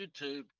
youtube